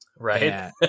Right